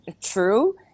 true